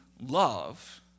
love